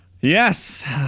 Yes